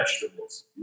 vegetables